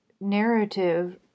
narrative